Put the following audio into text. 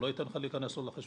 הוא לא ייתן לך להיכנס לו לחשבון.